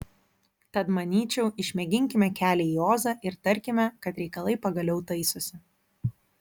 tad manyčiau išmėginkime kelią į ozą ir tarkime kad reikalai pagaliau taisosi